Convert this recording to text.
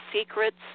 secrets